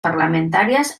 parlamentàries